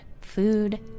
food